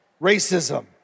racism